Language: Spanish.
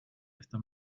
esta